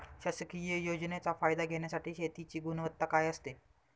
शासकीय योजनेचा फायदा घेण्यासाठी शेतीची गुणवत्ता काय असते?